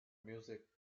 music